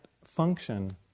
function